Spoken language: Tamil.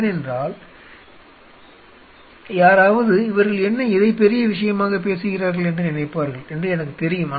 ஏனென்றால் யாராவது இவர்கள் என்ன இதைப் பெரிய விஷயமாகப் பேசுகிறார்கள் என்று நினைப்பார்கள் என்று எனக்குத் தெரியும்